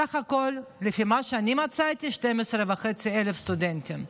סך הכול, לפי מה שאני מצאתי, 12,500 סטודנטים.